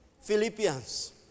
Philippians